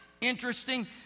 interesting